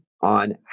on